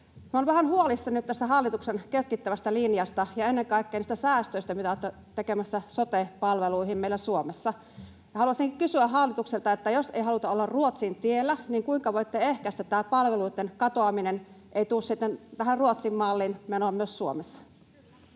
vähän huolissani tästä hallituksen keskittävästä linjasta ja ennen kaikkea niistä säästöistä, mitä olette tekemässä sote-palveluihin meillä Suomessa. Haluaisin kysyä hallitukselta, että jos ei haluta olla Ruotsin tiellä, niin kuinka voitte ehkäistä, että tämä palveluitten katoaminen ei tuo sitten tätä Ruotsin mallin menoa myös Suomeen.